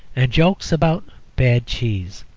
and jokes about bad cheese.